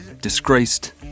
disgraced